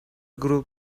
group